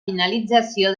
finalització